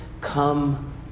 Come